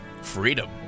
freedom